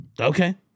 Okay